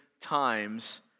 times